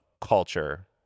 culture